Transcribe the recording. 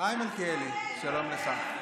היי מלכיאלי, שלום לך.